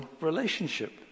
relationship